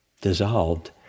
dissolved